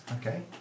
Okay